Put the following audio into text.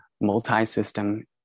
multi-system